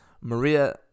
maria